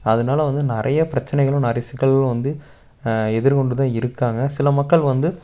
அதனால வந்து நிறையா பிரச்சனைகளும் நிறைய சிக்கல்களும் வந்து எதிர்கொண்டு தான் இருக்காங்க சில மக்கள் வந்து